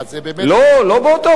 לא, לא באוטופיה.